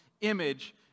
image